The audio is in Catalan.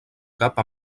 cap